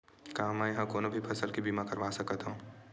का मै ह कोनो भी फसल के बीमा करवा सकत हव?